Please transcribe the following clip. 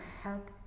help